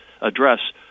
address